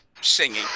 singing